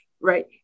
Right